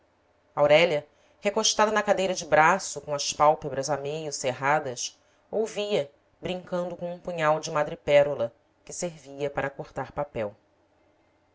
aurélia recostada na cadeira de braço com as pálpebras a meio cerradas ouvia brincando com um punhal de madrepérola que servia para cortar papel